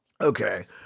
Okay